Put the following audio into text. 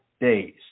days